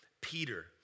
Peter